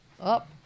up